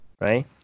right